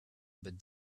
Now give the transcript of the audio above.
but